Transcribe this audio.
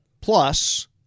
plus